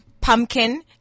pumpkin